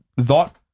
thought